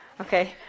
Okay